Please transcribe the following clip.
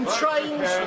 trains